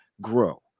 grow